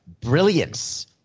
brilliance